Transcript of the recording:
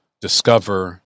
discover